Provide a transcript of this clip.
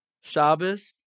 Shabbos